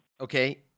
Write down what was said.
Okay